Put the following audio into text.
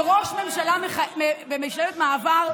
שראש ממשלה בממשלת מעבר,